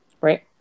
right